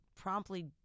promptly